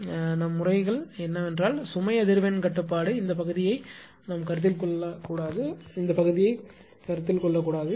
எனவே எங்கள் வழக்குகள் என்னவென்றால் சுமை அதிர்வெண் கட்டுப்பாடு இந்த பகுதியை கருத்தில் கொள்ளாது இந்த பகுதியை கருத்தில் கொள்ளாது